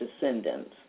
descendants